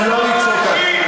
לא לצעוק כאן.